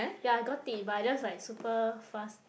ya I got it but I just like super fast